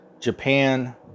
Japan